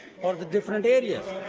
or the different areas.